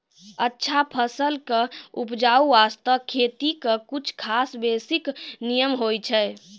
अच्छा फसल के उपज बास्तं खेती के कुछ खास बेसिक नियम होय छै